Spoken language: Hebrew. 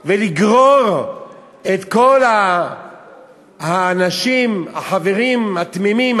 ולגרוף ולגרור את כל האנשים החברים התמימים,